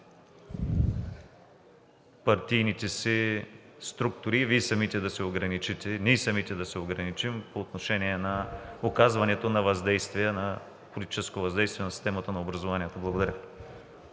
партийните си структури и Вие самите да се ограничите, ние самите да се ограничим по отношение на оказването на политическо въздействие на системата на образованието. Благодаря.